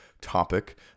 topic